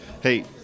Hey